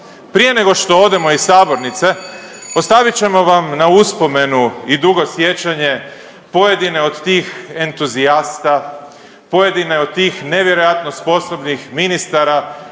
prije nego što odemo iz sabornice ostavit ćemo vam na uspomenu i dugo sjećanje pojedine od tih entuzijasta, pojedine od tih nevjerojatno sposobnih ministara